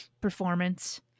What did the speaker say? performance